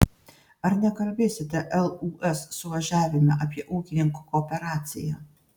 ar nekalbėsite lūs suvažiavime apie ūkininkų kooperaciją